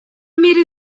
мере